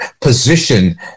position